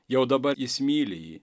jau dabar jis myli jį